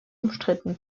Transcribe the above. umstritten